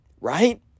Right